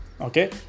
okay